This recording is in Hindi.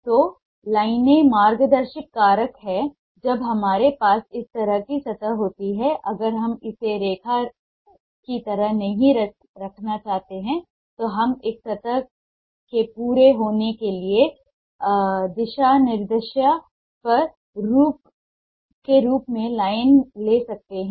तो लाइनें मार्गदर्शक कारक हैं जब हमारे पास इस तरह की सतह होती है अगर हम इसे रेखा रेखा की तरह नहीं रखना चाहते हैं तो हम एक सतह के पूरा होने के लिए दिशानिर्देश के रूप में लाइन ले सकते हैं